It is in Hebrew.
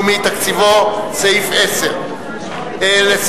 תקציבו של סעיף 10 המטה לביטחון לאומי.